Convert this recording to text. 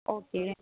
okay